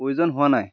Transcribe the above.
প্ৰয়োজন হোৱা নাই